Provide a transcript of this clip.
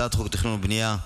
הצעת חוק התכנון והבנייה,